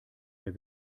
der